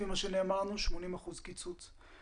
לפי מה שנאמר לנו 80 אחוזים קיצוץ.